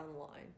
online